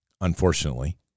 unfortunately